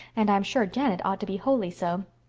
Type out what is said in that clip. and i'm sure janet ought to be wholly so.